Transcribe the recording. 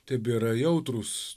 tebėra jautrūs